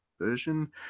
version